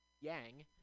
Yang